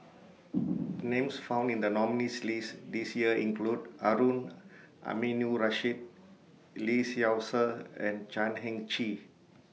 Names found in The nominees' list This Year include Harun Aminurrashid Lee Seow Ser and Chan Heng Chee